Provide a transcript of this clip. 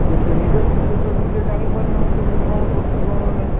କିନ୍ତୁ ନିଜ ଦୋଷ ତ ନିଜେ ଜାଣି ପାରୁ ନାହାନ୍ତି ମୁଁ କ'ଣ କରୁଛି କ'ଣ ନାଇଁ